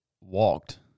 walked